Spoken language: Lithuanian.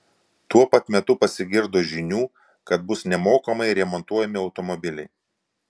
tuo pat metu pasigirdo žinių kad bus nemokamai remontuojami automobiliai